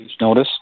notice